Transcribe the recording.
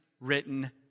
written